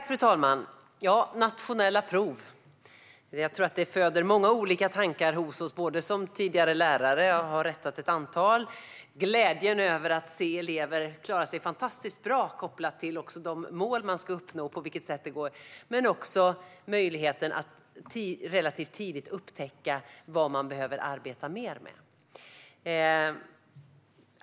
Fru talman! De nationella proven tror jag föder många olika tankar hos oss. Som tidigare lärare har jag rättat ett antal sådana. Det handlar om glädjen över att se elever klara sig fantastiskt bra kopplat till de mål man ska uppnå, men också om möjligheten att relativt tidigt upptäcka vad man behöver arbeta mer med.